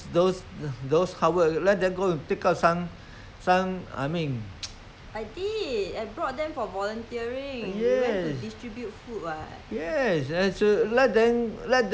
do some suffering then they will learn learn something eh not so simple you see the thing get you want to get the thing not so simple then you can at the same time they can see those